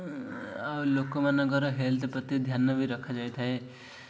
ଆଉ ଲୋକମାନଙ୍କର ହେଲ୍ଥ ପ୍ରତି ଧ୍ୟାନ ବି ରଖାଯାଇଥାଏ